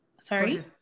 sorry